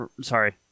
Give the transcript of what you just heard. Sorry